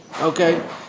okay